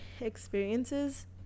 experiences